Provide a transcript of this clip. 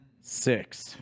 six